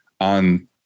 on